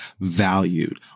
valued